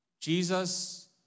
Jesus